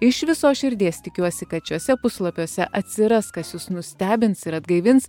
iš visos širdies tikiuosi kad šiuose puslapiuose atsiras kas jus nustebins ir atgaivins